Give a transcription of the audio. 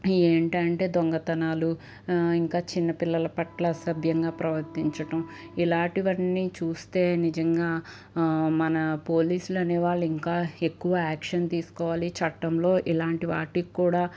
ఏంటంటే దొంగతనాలు ఇంకా చిన్న పిల్లల పట్ల అసభ్యంగా ప్రవర్తించడం ఇలాంటివన్నీ చూస్తే నిజంగా మన పోలీసులు అనే వాళ్ళు ఇంకా ఎక్కువ యాక్షన్ తీసుకోవాలి చట్టంలో ఇలాంటి వాటిక్కూడా